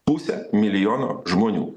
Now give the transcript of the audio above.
pusę milijono žmonių